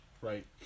right